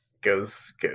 goes